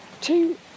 Two